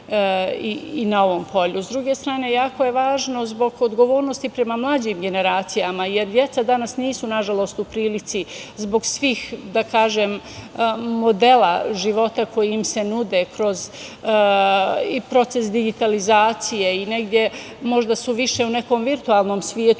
i na ovom polju.S druge strane, jako je važno zbog odgovornosti prema mlađim generacijama, jer deca danas nisu, nažalost, u prilici zbog svih modela života koji im se nude kroz proces digitalizacije i negde su možda više u nekom virtuelnom svetu